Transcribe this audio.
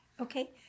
Okay